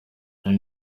hari